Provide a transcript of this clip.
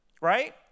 right